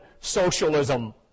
socialism